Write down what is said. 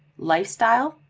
lifestyle,